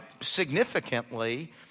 significantly